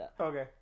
Okay